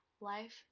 life